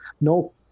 no